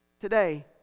Today